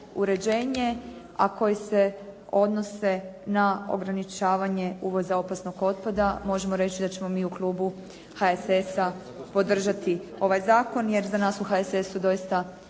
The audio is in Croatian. uređenje, a koji se odnose na ograničavanje uvoza opasnog otpada. Možemo reći da ćemo mi u klubu HSS-a podržati ovaj zakon, jer za nas u HSS-u doista